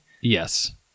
Yes